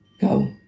go